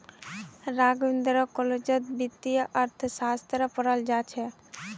राघवेंद्र कॉलेजत वित्तीय अर्थशास्त्र पढ़ाल जा छ